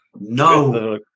No